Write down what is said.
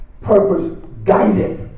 purpose-guided